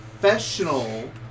Professional